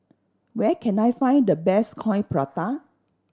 where can I find the best Coin Prata